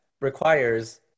requires